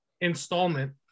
installment